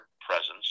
presence